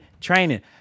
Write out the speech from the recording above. Training